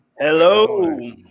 Hello